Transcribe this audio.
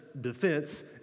defense